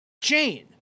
jane